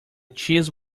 cheese